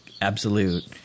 absolute